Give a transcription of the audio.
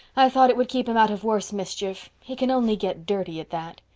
i thought it would keep him out of worse mischief. he can only get dirty at that.